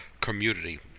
community